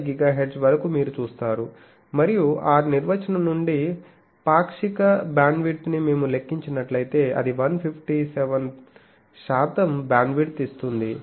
5GHz వరకు మీరు చూస్తారు మరియు ఆ నిర్వచనం నుండి పాక్షిక బ్యాండ్విడ్త్ ని మేము లెక్కించినట్లయితే అది 157 శాతం బ్యాండ్విడ్త్ ఇస్తుంది